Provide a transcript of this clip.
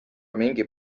mingi